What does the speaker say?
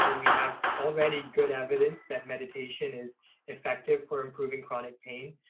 and we have already good evidence that meditation is effective for improving chronic pain.